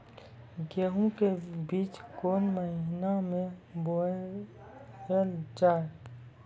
गेहूँ के बीच कोन महीन मे बोएल जाए?